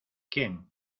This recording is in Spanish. quién